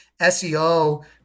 SEO